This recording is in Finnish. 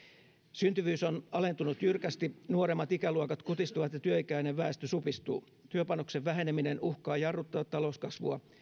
syntyvyys on alentunut jyrkästi nuoremmat ikäluokat kutistuvat ja työikäinen väestö supistuu työpanoksen väheneminen uhkaa jarruttaa talouskasvua